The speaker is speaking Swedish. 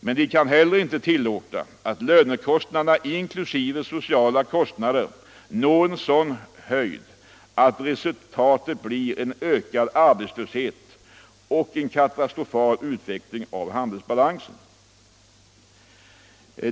Men de kan heller inte tillåta att lönekostnaderna inkl. sociala kostnader når en sådan höjd att resultatet blir en ökad arbetslöshet och en katastrofal utveckling av handelsbalansen.